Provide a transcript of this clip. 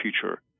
future